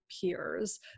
peers